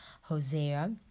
Hosea